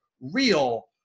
real